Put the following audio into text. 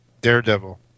Daredevil